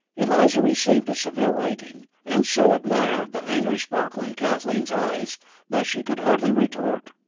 eliza received a severe rating, and so admired the angry sparkle in kathleen's eyes that she could hardly retort.